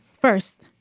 first